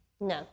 No